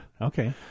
okay